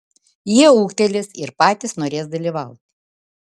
jie ūgtelės ir patys norės dalyvauti